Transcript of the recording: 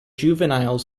juvenile